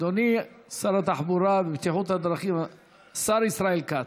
אדוני שר התחבורה והבטיחות בדרכים, השר ישראל כץ.